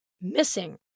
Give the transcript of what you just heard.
missing